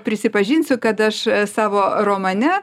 prisipažinsiu kad aš savo romane